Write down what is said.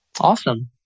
Awesome